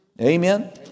Amen